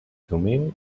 thummim